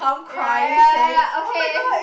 ya ya ya okay